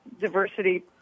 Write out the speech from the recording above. diversity